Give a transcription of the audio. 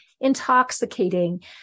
intoxicating